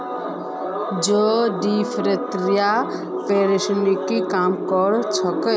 जौ डिप्थिरियार परेशानीक कम कर छेक